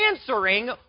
answering